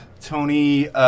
Tony